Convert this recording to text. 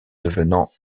devenant